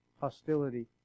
hostility